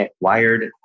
wired